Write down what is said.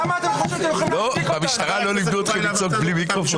אם אין מיקרופון,